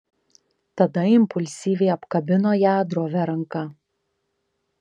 tada impulsyviai apkabino ją drovia ranka